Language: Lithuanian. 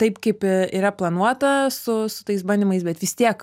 taip kaip yra planuota su su tais bandymais bet vis tiek